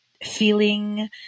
feeling